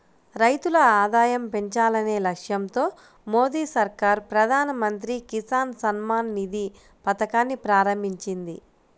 రైతుల ఆదాయం పెంచాలనే లక్ష్యంతో మోదీ సర్కార్ ప్రధాన మంత్రి కిసాన్ సమ్మాన్ నిధి పథకాన్ని ప్రారంభించింది